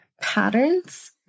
patterns